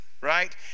Right